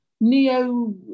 neo